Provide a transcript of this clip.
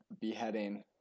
beheading